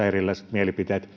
erilaiset mielipiteet